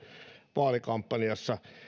vaalikampanjassa